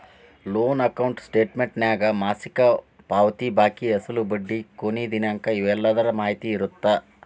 loan account ಸ್ಟೇಟಮೆಂಟ್ನ್ಯಾಗ ಮಾಸಿಕ ಪಾವತಿ ಬಾಕಿ ಅಸಲು ಬಡ್ಡಿ ಕೊನಿ ದಿನಾಂಕ ಇವೆಲ್ಲದರ ಮಾಹಿತಿ ಇರತ್ತ